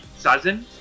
Sazen